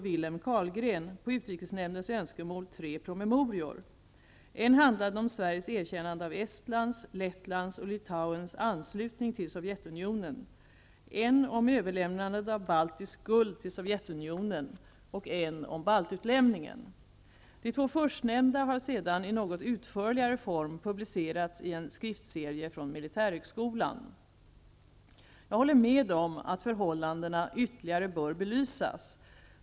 Wilhelm Carlgren på utrikesnämndens önskemål tre promemorior. En handlade om Sveriges erkännande av Estlands, Lettlands och Litauens anslutning till Sovjetunionen, en om överlämnandet av baltiskt guld till Sovjetunionen och en om baltutlämningen. De två förstnämnda har sedan i något utförligare form publicerats i en skriftserie från militärhögskolan. Jag håller med om att förhållandena ytterligare bör belysas.